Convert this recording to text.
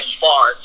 far